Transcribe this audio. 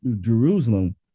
Jerusalem